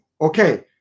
Okay